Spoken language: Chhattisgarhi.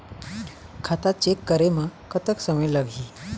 खाता चेक करे म कतक समय लगही?